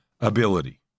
ability